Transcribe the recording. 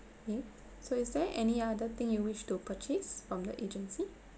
okay so is there any other thing you wish to purchase from the agency